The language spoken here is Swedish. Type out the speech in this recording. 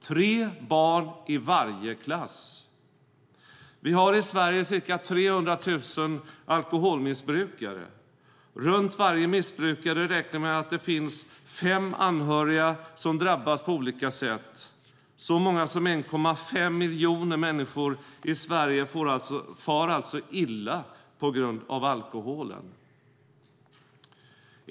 tre barn i varje klass. Vi har i Sverige ca 300 000 alkoholmissbrukare. Runt varje missbrukare räknar vi med att det finns fem anhöriga som drabbas på olika sätt. Så många som 1,5 miljoner människor i Sverige far alltså illa på grund av alkoholen.